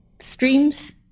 streams